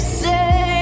say